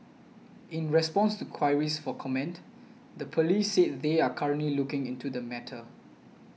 in response to queries for comment the police said they are currently looking into the matter